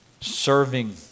serving